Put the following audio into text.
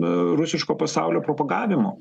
rusiško pasaulio propagavimu